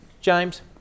James